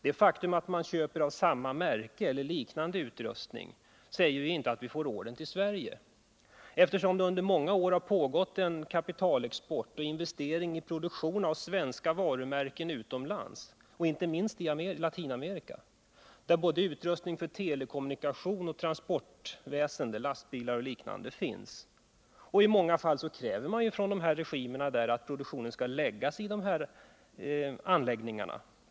Det faktum att man köper av samma märke eller efterfrågar liknande utrustning säger inte att Sverige får sådana order, eftersom det under många år har pågått en kapitalexport och investering i en produktion av svenska varumärken utomlands, inte minst i Latinamerika, där både utrustning för telekommunikation och transportväsende med lastbilar och liknande saker förekommit. Och i många fall kräver de här regimerna att produktionen skall läggas i just de anläggningarna.